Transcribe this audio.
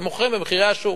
הם מוכרים במחירי השוק.